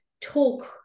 talk